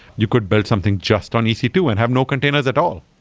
you could build something just on e c two and have no containers at all.